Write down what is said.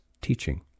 teaching